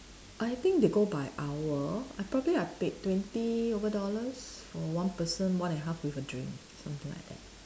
I think they go by hour I probably I paid twenty over dollars for one person more than half with a drink something like that